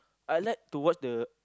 I like to watch the